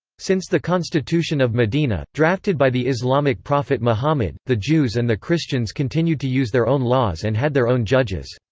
since the constitution of medina, drafted by the islamic prophet muhammad, the jews and the christians continued to use their own laws and had their own judges.